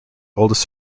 oldest